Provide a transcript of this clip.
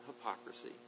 hypocrisy